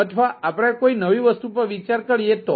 અથવા જો આપણે કોઈ નવી વસ્તુ પર વિચાર કરીએ તો